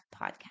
Podcast